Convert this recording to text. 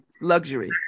luxury